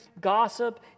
gossip